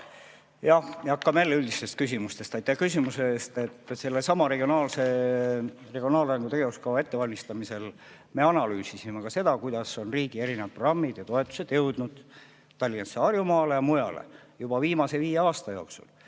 rääkima jälle üldistest küsimustest. Aitäh küsimuse eest! Sellesama regionaalarengu tegevuskava ettevalmistamisel me analüüsisime ka seda, kuidas on riigi erinevad programmid ja toetused jõudnud Tallinnasse, Harjumaale ja mujale. Viimase viie aasta jooksul